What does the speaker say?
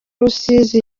rusizi